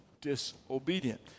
disobedient